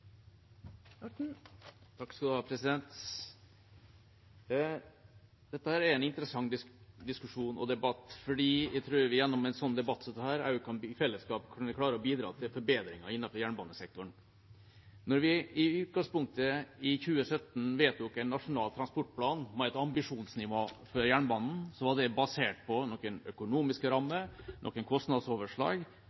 en interessant diskusjon og debatt. Jeg tror vi gjennom en debatt som dette i fellesskap skal kunne klare å bidra til forbedringer innenfor jernbanesektoren. Når vi i utgangspunktet i 2017 vedtok en nasjonal transportplan med et ambisjonsnivå for jernbanen, var det basert på noen økonomiske